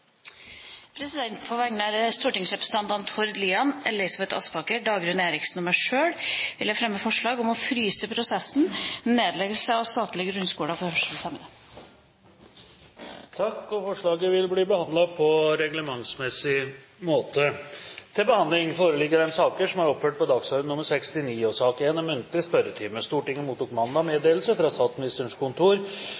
På vegne av stortingsrepresentantene Tord Lien, Elisabeth Aspaker, Dagrun Eriksen og meg sjøl vil jeg fremme forslag om å fryse prosessen med nedleggelse av statlige grunnskoler for hørselshemmede. Forslaget vil bli behandlet på reglementsmessig måte. Stortinget mottok mandag meddelelse fra Statsministerens kontor om at statsrådene Magnhild Meltveit Kleppa, Tora Aasland og Hanne Inger Bjurstrøm vil møte til muntlig spørretime.